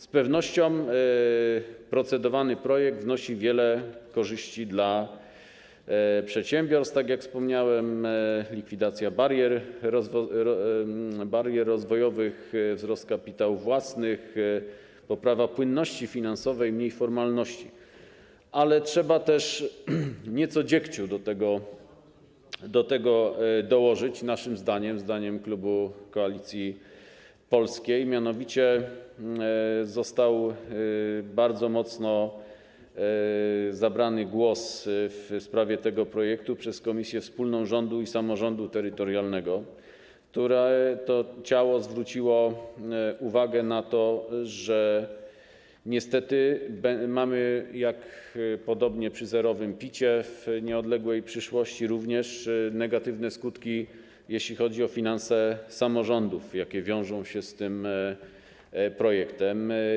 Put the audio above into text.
Z pewnością procedowany projekt przynosi wiele korzyści dla przedsiębiorstw, tak jak wspomniałem: likwidacja barier rozwojowych, wzrost kapitałów własnych, poprawa płynności finansowej, mniej formalności, ale trzeba też nieco dziegciu do tego dołożyć naszym zdaniem, zdaniem klubu Koalicji Polskiej, mianowicie bardzo mocno wyartykułowany został głos w sprawie tego projektu przez Komisję Wspólną Rządu i Samorządu Terytorialnego, które to ciało zwróciło uwagę na to, że niestety mamy, podobnie jak przy zerowym PIT w nieodległej przyszłości, również negatywne skutki, jeśli chodzi o finanse samorządów, jakie wiążą się z tym projektem.